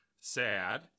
Sad